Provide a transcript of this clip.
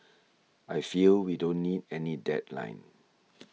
I feel we don't need any deadline